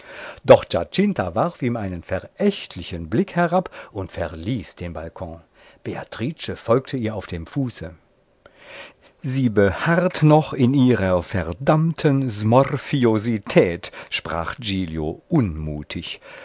doch giacinta warf ihm einen verächtlichen blick herab und verließ den balkon beatrice folgte ihr auf dem fuße sie beharrt noch in ihrer verdammten smorfiosität sprach giglio unmutig